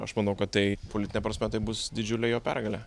aš manau kad tai politine prasme tai bus didžiulė jo pergalė